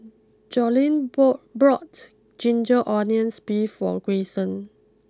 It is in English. Joline bought blocked Ginger Onions Beef for Greyson